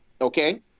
okay